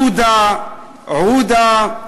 עוּדָה, עוּדָה,